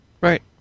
Right